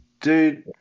Dude